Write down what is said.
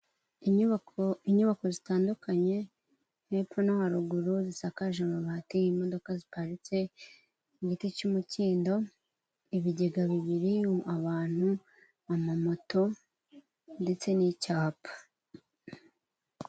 Inyubako, inyubako zitandukanye hepfo no haruguru, zisakaje amabati, imodoka ziparitse ku giti cy'umukindo, ibigega bibiri, abantu, amamoto ndetse n'icyapa.